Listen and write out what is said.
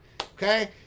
okay